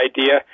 idea